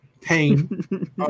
Pain